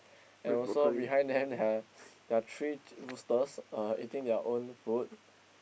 and also behind them there are there are three roosters uh eating their own food